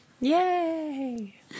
Yay